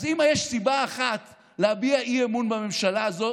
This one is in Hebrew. אז אם יש סיבה אחת להביע אי-אמון בממשלה הזאת